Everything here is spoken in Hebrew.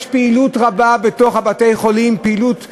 יש פעילות רבה בתוך בתי-החולים, פעילות טובה,